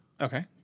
Okay